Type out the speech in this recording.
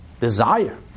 desire